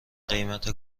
قیمت